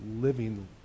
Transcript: living